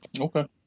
Okay